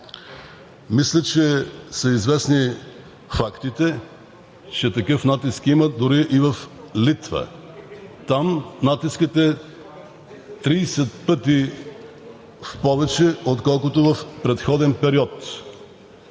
Мисля, че са известни фактите, че такъв натиск има дори и в Литва. Там натискът е 30 пъти в повече, отколкото в предходен период.